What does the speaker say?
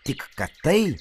tik kad tai